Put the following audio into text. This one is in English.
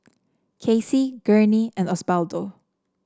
Kacey Gurney and Osbaldo